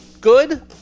good